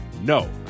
no